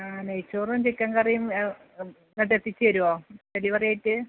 ആ നെയ്ച്ചോറും ചിക്കൻക്കറിയും ഇങ്ങോട്ടെത്തിച്ചു തരുമോ ഡെലിവെറിയായിട്ടു